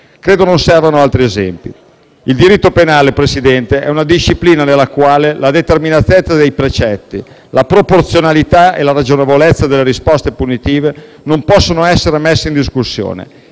Credo non servano altri esempi. Il diritto penale, Presidente, è una disciplina nella quale la determinatezza dei precetti, la proporzionalità e la ragionevolezza delle risposte punitive non possono essere messe in discussione.